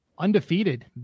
undefeated